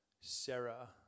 Sarah